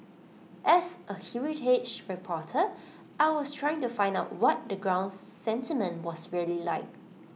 as A heritage reporter I was trying to find out what the ground sentiment was really like